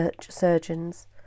surgeons